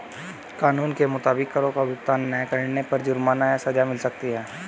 कानून के मुताबिक, करो का भुगतान ना करने पर जुर्माना या सज़ा मिल सकती है